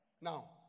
Now